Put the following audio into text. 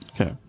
okay